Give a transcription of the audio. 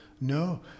No